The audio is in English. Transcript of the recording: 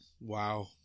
Wow